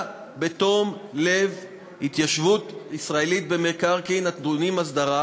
בתום לב התיישבות ישראלית במקרקעין הטעונים הסדרה